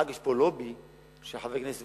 יש פה לובי של חברי כנסת,